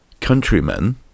countrymen